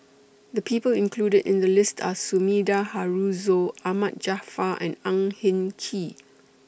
The People included in The list Are Sumida Haruzo Ahmad Jaafar and Ang Hin Kee